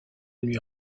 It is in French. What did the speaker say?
lui